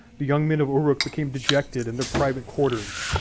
the young men of uruk became dejected in their private quarters.